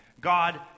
God